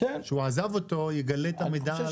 שהוא עזב אותו יגלה את המידע של מה שהיה שם.